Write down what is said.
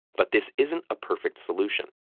but this isn't a perfect solution.